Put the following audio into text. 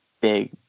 big